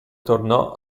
tornò